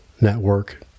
network